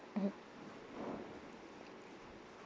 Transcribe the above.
mmhmm